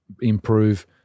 improve